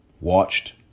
watched